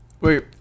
Wait